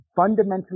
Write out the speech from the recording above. fundamentally